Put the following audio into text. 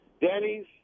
Denny's